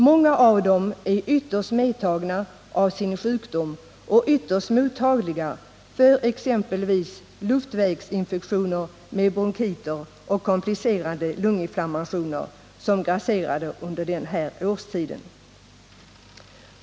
Många av dem är svårt medtagna av sin sjukdom och ytterst mottagliga för exempelvis luftvägsinfektioner med bronkiter och komplicerande lunginflammationer som grasserar under den här årstiden.